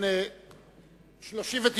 בעד, 39,